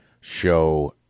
show